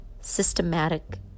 systematic